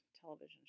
television